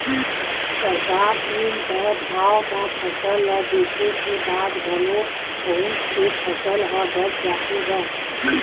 सरकार तीर तय भाव म फसल ल बेचे के बाद घलोक बहुत से फसल ह बाच जाथे गा